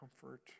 comfort